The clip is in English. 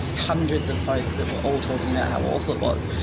hundreds of posts that were all talking about how awful it was.